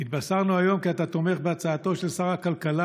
נתבשרנו היום כי אתה תומך בהצעתו של שר הכלכלה